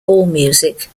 allmusic